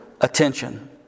attention